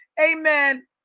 amen